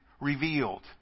revealed